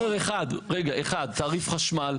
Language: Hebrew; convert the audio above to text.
אחת, תעריף חשמל.